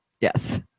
Yes